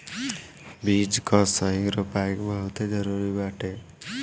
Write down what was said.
बीज कअ सही रोपाई बहुते जरुरी बाटे